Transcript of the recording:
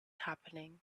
happening